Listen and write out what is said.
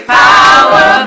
power